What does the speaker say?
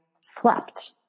slept